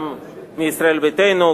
גם מישראל ביתנו,